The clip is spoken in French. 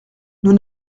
nous